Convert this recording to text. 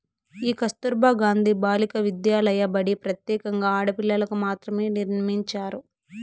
ఈ కస్తుర్బా గాంధీ బాలికా విద్యాలయ బడి ప్రత్యేకంగా ఆడపిల్లలకు మాత్రమే నిర్మించారు